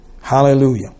Hallelujah